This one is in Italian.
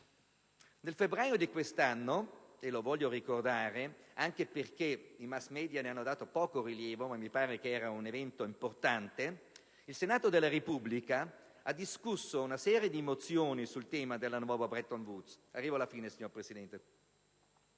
di febbraio di quest'anno (lo voglio ricordare, anche perché i *mass media* ne hanno dato poco rilievo, eppure mi pare fosse un evento importante), il Senato della Repubblica ha discusso una serie di mozioni sul tema della "nuova Bretton Woods" (si tratta, tra gli